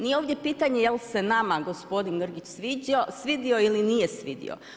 Nije ovdje pitanje, jel se nama gospodin Grgić svidio ili nije svidio.